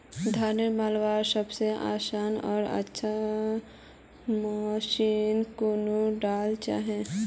धानेर मलवार सबसे आसान आर अच्छा मशीन कुन डा होचए?